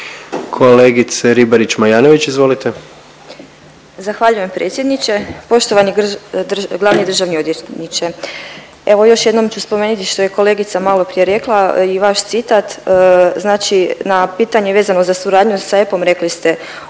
izvolite. **Ribarić Majanović, Ivana (SDP)** Zahvaljujem predsjedniče. Poštovani državni glavni državni odvjetniče. Evo još jednom ću spomenuti što je kolegica maloprije rekla i vaš citat, znači na pitanje vezano za suradnju sa EPPO-om rekli ste